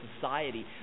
society